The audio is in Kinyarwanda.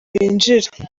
binjira